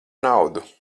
naudu